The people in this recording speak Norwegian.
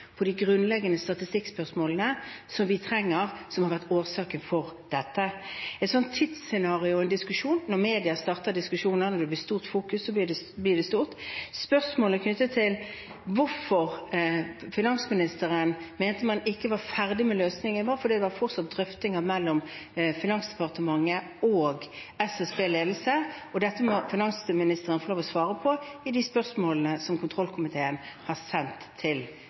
på de grunnleggende statistikkspørsmålene som vi trenger, som har vært årsaken til dette. Et sånt tidsscenario i en diskusjon – når media starter diskusjoner, når det blir stort fokus, så blir det stort – med hensyn til spørsmålet om hvorfor finansministeren mente man ikke var ferdig med løsningen, var det fordi det fortsatt var drøftinger mellom Finansdepartementet og SSBs ledelse, og dette må finansministeren få lov å svare på i de spørsmålene som kontrollkomiteen har sendt til Finansdepartementet. Marit Arnstad – til